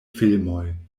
filmoj